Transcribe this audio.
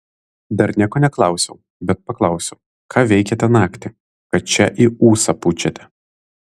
dar nieko neklausiau bet paklausiu ką veikėte naktį kad čia į ūsą pučiate